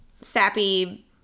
sappy